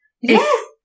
yes